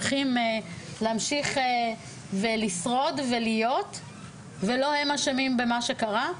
להמשיך לשרוד ולא הם אשמים במה שקרה.